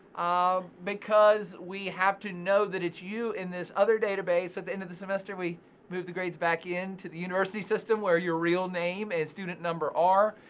um because we have to know that it's you in this other database. at the end of the semester, we move the grades back in to the university system where your real name and student number are.